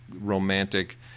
romantic